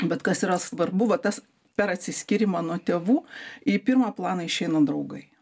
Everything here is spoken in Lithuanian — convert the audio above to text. bet kas yra svarbu va tas per atsiskyrimą nuo tėvų į pirmą planą išeina draugai